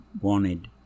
wanted